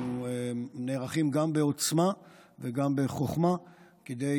אנחנו נערכים גם בעוצמה וגם בחוכמה כדי